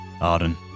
Arden